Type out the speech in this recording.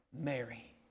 Mary